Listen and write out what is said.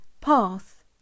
path